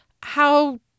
How